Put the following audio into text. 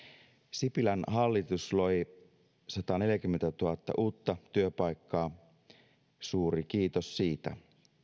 sipilän hallitus loi sataneljäkymmentätuhatta uutta työpaikkaa suuri kiitos siitä